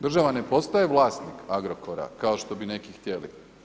Država ne postaje vlasnik Agrokora kao što bi neki htjeli.